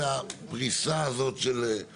זה לא בסמכותכם.